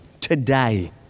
Today